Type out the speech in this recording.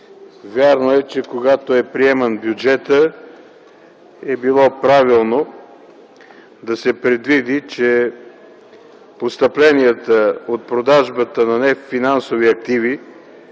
Вярно е, че когато е приеман бюджетът, е било правилно да се предвиди, че постъпленията от продажбата на нефинансови активи,